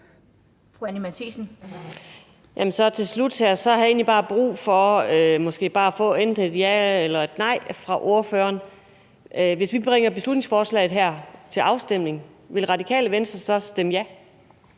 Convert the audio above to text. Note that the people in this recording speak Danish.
egentlig bare brug for at få enten et ja eller et nej fra ordføreren. Hvis vi bringer beslutningsforslaget her til afstemning, vil Radikale Venstre så stemme ja?